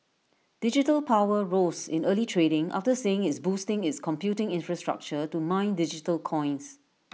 digital power rose in early trading after saying it's boosting its computing infrastructure to mine digital coins